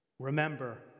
Remember